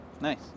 Nice